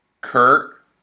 Kurt